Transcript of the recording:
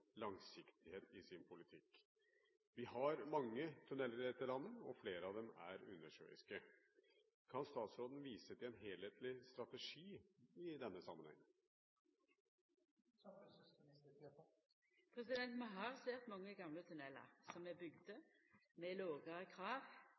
langsiktighet i sin politikk. Vi har mange tunneler i dette landet, og flere av dem er undersjøiske. Kan statsråden vise til en helhetlig strategi i denne sammenheng?» Vi har svært mange gamle tunnelar som er